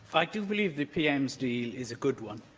i do believe the pm's deal is a good one,